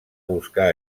buscar